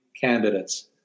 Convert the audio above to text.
candidates